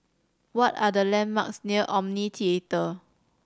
what are the landmarks near Omni Theatre